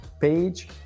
page